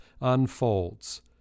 unfolds